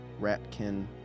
Ratkin